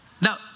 Now